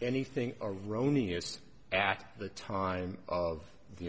anything erroneous at the time of the